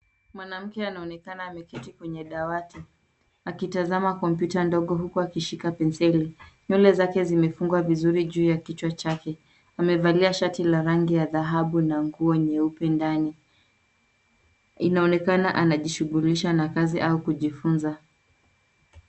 Mwanamke anaonekana ameketi kwenye dawati akitazama kompyuta ndogo huku akishika penseli. Nywele zake zimefungwa vizuri juu ya kichwa chake, amevalia shati la rangi ya dhahabu na nguo nyeupe ndani. Inaonekana anajishughulisha na kazi au kujifunza.